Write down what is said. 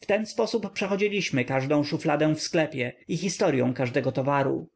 w ten sposób przechodziliśmy każdą szufladę w sklepie i historyą każdego towaru